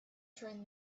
train